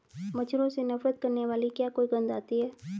मच्छरों से नफरत करने वाली क्या कोई गंध आती है?